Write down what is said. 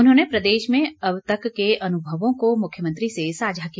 उन्होंने प्रदेश में अब तक के अनुभवों को मुख्यमंत्री से साझा किया